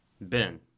Ben